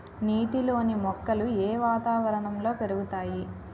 నీటిలోని మొక్కలు ఏ వాతావరణంలో పెరుగుతాయి?